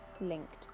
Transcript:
linked